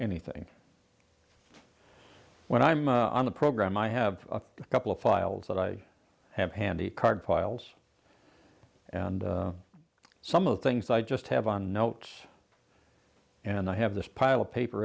anything when i'm on the program i have a couple of files that i have handy card files and some of the things i just have on notes and i have this pile of paper